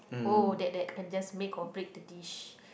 oh that that can just make or break the dish